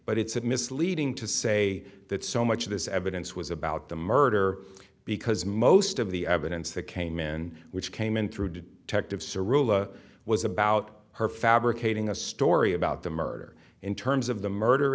but it's misleading to say that so much of this evidence was about the murder because most of the evidence that came in which came in through text of surulere was about her fabricating a story about the murder in terms of the murder